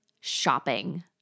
shopping